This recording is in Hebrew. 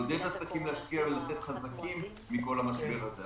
לעודד עסקים להשקיע ולצאת חזקים מכל המשבר הזה.